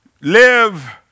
live